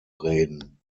reden